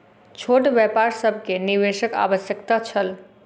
छोट व्यापार सभ के निवेशक आवश्यकता छल